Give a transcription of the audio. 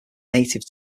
native